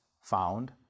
found